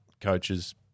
coaches